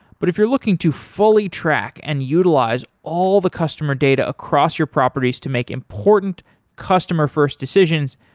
but if you're looking to fully track and utilize all the customer data across your properties to make important customer first decisions,